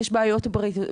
יש להם בעיות בריאותיות,